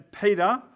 Peter